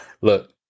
look